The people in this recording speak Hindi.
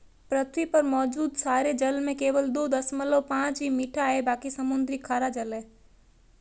पृथ्वी पर मौजूद सारे जल में केवल दो दशमलव पांच ही मीठा है बाकी समुद्री खारा जल है